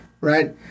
right